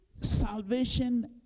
Salvation